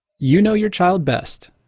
you know your child best,